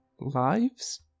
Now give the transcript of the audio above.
lives